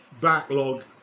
backlog